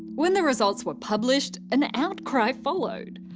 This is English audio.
when the results were published an outcry followed.